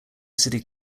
city